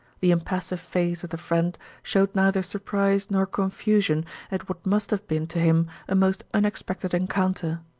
the impassive face of the friend showed neither surprise nor confusion at what must have been to him a most unexpected encounter.